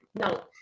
No